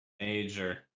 Major